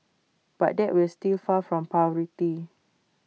but that will still far from parity